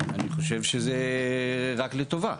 אני חושב שזה רק לטובה.